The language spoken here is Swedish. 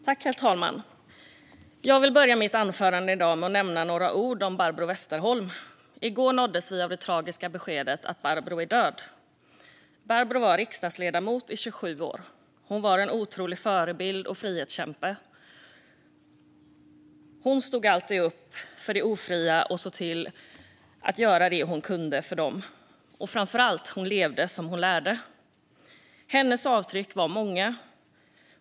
Herr talman! Jag vill börja mitt anförande i dag med att nämna några ord om Barbro Westerholm. I går nåddes vi av det tragiska beskedet att Barbro är död. Barbro var riksdagsledamot i 27 år. Hon var en otrolig förebild och frihetskämpe. Hon stod alltid upp för de ofria och såg till att göra det hon kunde för dem. Och framför allt levde hon som hon lärde. Hennes avtryck var många.